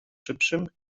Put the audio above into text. szybszym